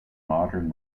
modern